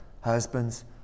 Husbands